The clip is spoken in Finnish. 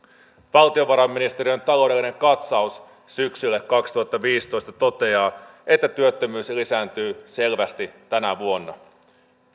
valtiovarainministeriön taloudellinen katsaus syksylle kaksituhattaviisitoista toteaa että työttömyys lisääntyy selvästi tänä vuonna